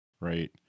right